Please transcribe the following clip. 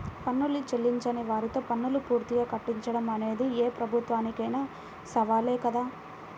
పన్నులు చెల్లించని వారితో పన్నులు పూర్తిగా కట్టించడం అనేది ఏ ప్రభుత్వానికైనా సవాలే కదా